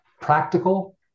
practical